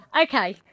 Okay